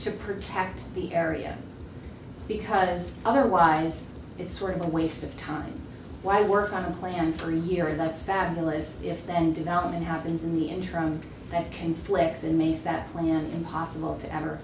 to protect the area because otherwise it's sort of a waste of time why work on a plan for a year that's fabulous if then development happens in the interim that conflicts in maybe that impossible to ever